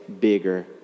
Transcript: bigger